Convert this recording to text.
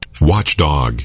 Watchdog